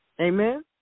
Amen